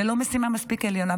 זה לא משימה מספיק עליונה.